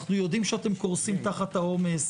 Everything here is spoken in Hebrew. אנו יודעים שאתם קורסים תחת העומס.